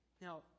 Now